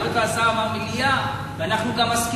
היות שהשר אמר מליאה ואנחנו גם מסכימים,